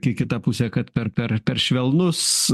ki kita pusė kad per per per švelnus